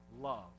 love